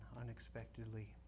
unexpectedly